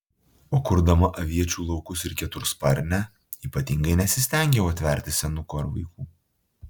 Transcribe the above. o kurdama aviečių laukus ir ketursparnę ypatingai nesistengiau atverti senukų ar vaikų